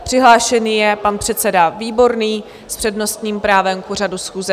Přihlášený je pan předseda Výborný s přednostním právem k pořadu schůze.